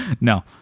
No